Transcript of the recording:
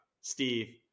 Steve